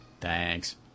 thanks